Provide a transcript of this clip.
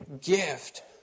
gift